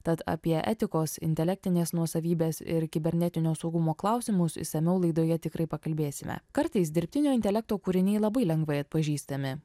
tad apie etikos intelektinės nuosavybės ir kibernetinio saugumo klausimus išsamiau laidoje tikrai pakalbėsime kartais dirbtinio intelekto kūriniai labai lengvai atpažįstami